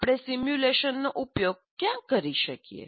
આપણે સિમ્યુલેશનનો ઉપયોગ ક્યાં કરી શકીએ